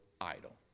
idol